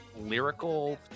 lyrical